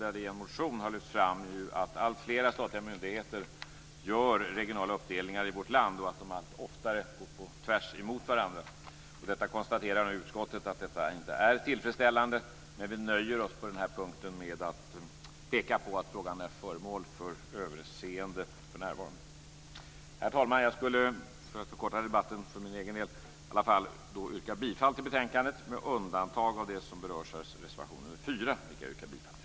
Det har i en motion lyfts fram att alltfler statliga myndigheter gör regionala uppdelningar i vårt land och att de allt oftare går tvärtemot varandra. Utskottet konstaterar nu att detta inte är tillfredsställande. Men vi nöjer oss på den här punkten med att peka på att frågan är föremål för överseende för närvarande. Herr talman! För att förkorta debatten för min egen del vill jag yrka bifall till hemställan i betänkandet med undantag för det som berörs av reservation nr 4, vilken jag yrkar bifall till.